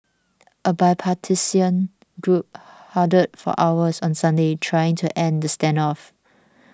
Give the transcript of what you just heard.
a bipartisan group huddled for hours on Sunday trying to end the standoff